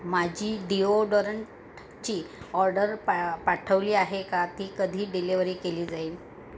माझी डिओडरंटची ऑर्डर पा पाठवली आहे का ती कधी डिलिवरी केली जाईल